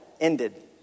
ended